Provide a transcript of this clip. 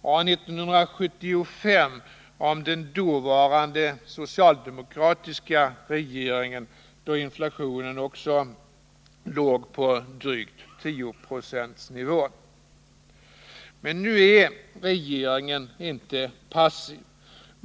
och 1975 om den dåvarande socialdemokratiska regeringen, då inflationen också låg på nivån drygt 10 9. Men nu är regeringen inte passiv.